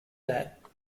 that